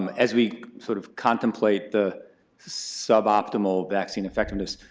um as we sort of contemplate the suboptimal vaccine effectiveness,